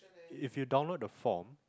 if you download the form